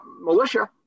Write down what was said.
militia